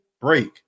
break